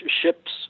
ships